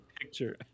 picture